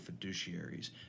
fiduciaries